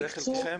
זה חלקכם?